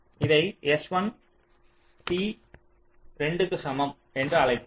இதை s1 t 2 க்கு சமம் என்று அழைப்போம்